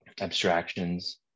abstractions